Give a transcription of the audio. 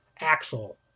Axel